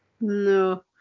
No